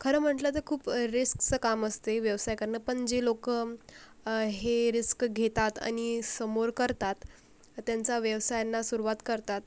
खरं म्हटलं तर खूप रिस्कचं काम असते व्यवसाय करणं पण जे लोक हे रिस्क घेतात आणि समोर करतात त्यांचा व्यवसायांना सुरुवात करतात